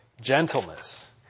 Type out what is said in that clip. gentleness